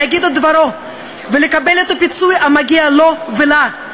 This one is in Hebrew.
להגיד את דברו ולקבל את הפיצוי המגיע לו ולה,